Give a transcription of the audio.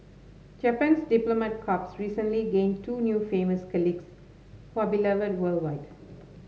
japan's diplomat corps recently gained two new famous colleagues who are beloved worldwide